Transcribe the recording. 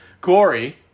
Corey